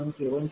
00804317 p